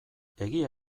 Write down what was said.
egia